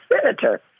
senator